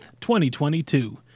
2022